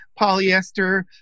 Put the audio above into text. polyester